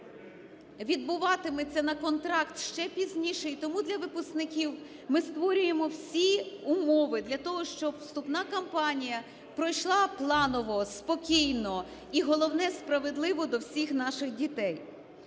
відбуватиметься на контракт ще пізніше, і тому для випускників ми створюємо всі умови для того, щоб вступна кампанія пройшла планово, спокійно і головне – справедливо до всіх наших дітей.